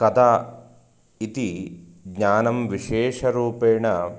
कदा इति ज्ञानं विशेषरूपेण